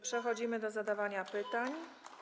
Przechodzimy do zadawania pytań.